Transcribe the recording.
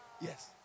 Yes